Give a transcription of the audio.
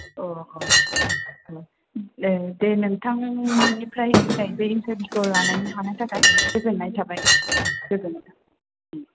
अ अ दे नोंथांनिफ्राय दिनै बै इन्टारभिउखौ लानो हानायनि थाखाय गोजोननाय थाबाय गोजोननाय थाबाय